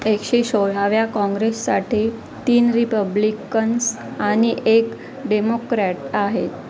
एकशे सोळाव्या काँग्रेससाठी तीन रिपब्लिकन्स आणि एक डेमोक्रॅट आहेत